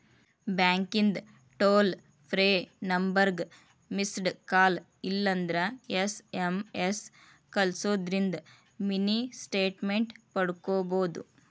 ಬ್ಯಾಂಕಿಂದ್ toll free ನಂಬರ್ಗ missed call ಇಲ್ಲಂದ್ರ ಎಸ್.ಎಂ.ಎಸ್ ಕಲ್ಸುದಿಂದ್ರ ಮಿನಿ ಸ್ಟೇಟ್ಮೆಂಟ್ ಪಡ್ಕೋಬೋದು